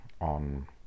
on